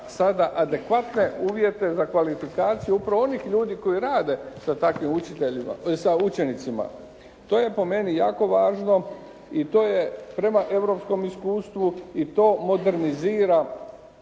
sada adekvatne uvjete za kvalifikaciju upravo onih ljudi koji rade sa takvim učenicima. To je po meni jako važno i to je prema europskom iskustvu i to modernizira